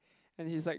and he's like